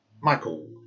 Michael